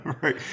Right